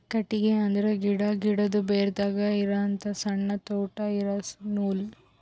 ಕಟ್ಟಿಗಿ ಅಂದ್ರ ಗಿಡಾ, ಗಿಡದು ಬೇರದಾಗ್ ಇರಹಂತ ಸಣ್ಣ್ ತೂತಾ ಇರಾ ನೂಲ್